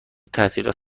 تعطیلات